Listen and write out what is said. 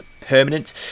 permanent